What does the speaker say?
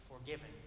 forgiven